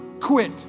quit